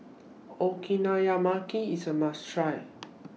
Okonomiyaki IS A must Try